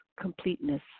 completeness